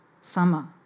summer